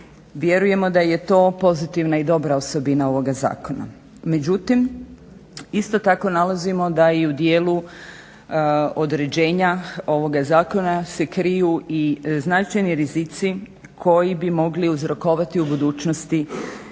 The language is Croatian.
Vjerujemo da je to pozitivna i dobra osobina ovoga zakona. Međutim, isto tako nalazimo da i u dijelu određenja ovoga zakona se kriju i značajni rizici koji bi mogli uzrokovati u budućnosti